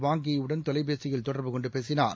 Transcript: வாங் Yi யுடன் தொலைபேசியில் தொடர்பு கொண்டுபேசினார்